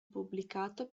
pubblicato